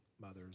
mothers